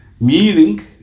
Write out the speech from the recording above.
Meaning